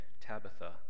Tabitha